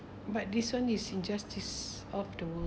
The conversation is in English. but this [one] is injustice of the world